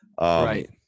Right